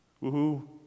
Woo-hoo